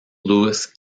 louis